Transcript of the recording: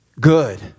good